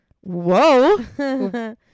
Whoa